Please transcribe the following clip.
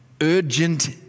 urgent